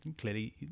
clearly